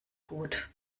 gut